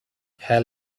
hell